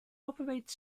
operates